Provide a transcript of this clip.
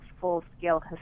full-scale